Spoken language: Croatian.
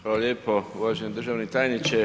Hvala lijepo uvaženi državni tajniče.